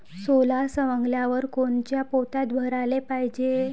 सोला सवंगल्यावर कोनच्या पोत्यात भराले पायजे?